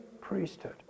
priesthood